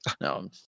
no